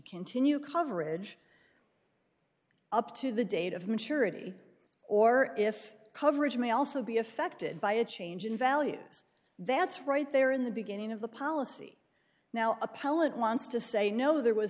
continue coverage up to the date of maturity or if coverage may also be affected by a change in values that's right there in the beginning of the policy now appellant wants to say no there was